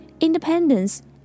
independence